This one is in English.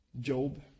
Job